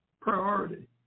priority